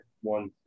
one